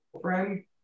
friend